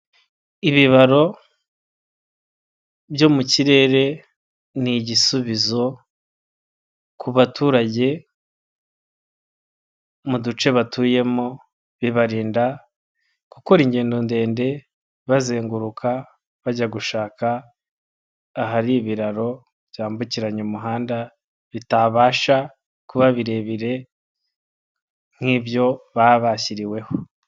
Ibibaro byo mu kirere ni igisubizo ku baturage mu duce batuyemo, bibarinda gukora ingendo ndende bazenguruka bajya gushaka ahari ibiraro byambukiranya umuhanda bitabasha kuba birebire nk'ibyo baba bashyiriweho.